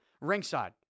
ringside